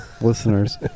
listeners